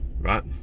right